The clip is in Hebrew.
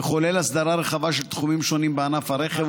וכולל הסדרה רחבה של תחומים שונים בענף הרכב,